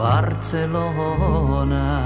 Barcelona